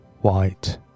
white